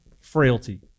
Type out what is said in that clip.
frailty